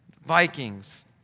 Vikings